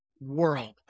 world